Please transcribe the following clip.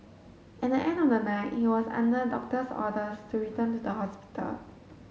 at the end of the night he was under doctor's orders to return to the hospital